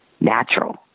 natural